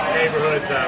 neighborhoods